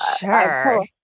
sure